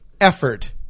effort